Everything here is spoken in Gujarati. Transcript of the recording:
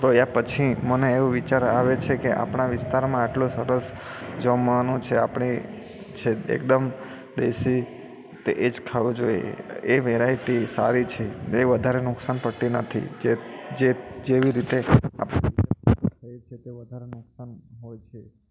જોયા પછી મને એવો વિચાર આવે છે કે આપણા વિસ્તારમાં આટલો સરસ જમવાનું છે આપણી જે એકદમ દેશી તે એ જ ખાવું જોઈએ એ વેરાઈટી સારી છે તે વધારે નુકસાન પડતી નથી જે જે જેવી રીતે આપણું હોય છે તે વધારે નુકસાન હોય છે